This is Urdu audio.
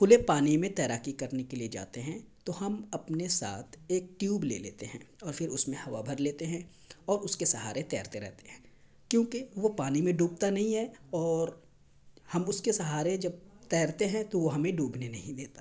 کھلے پانی میں تیراکی کرنے جاتے ہیں تو ہم اپنے ساتھ ایک ٹیوب لے لیتے ہیں اور پھر اس میں ہوا بھر لیتے ہیں اور اس کے سہارے تیرتے رہتے ہیں کیونکہ وہ پانی میں ڈوبتا نہیں ہے اور ہم اس کے سہارے جب تیرتے ہیں تو وہ ہمیں ڈوبنے نہیں دیتا